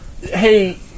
Hey